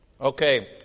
Okay